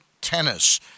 tennis